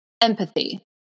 empathy